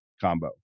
combo